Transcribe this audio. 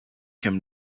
him